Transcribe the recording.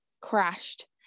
crashed